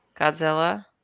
Godzilla